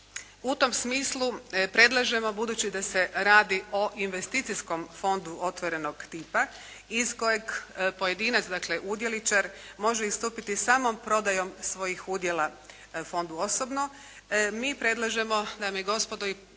U tom smislu predlažemo budući da se radi o investicijskom fondu otvorenog tipa iz kojeg pojedinac, dakle udjeličar može istupiti samo prodajom svojih udjela fondu osobno. Mi predlažemo dame i gospodo i